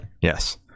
Yes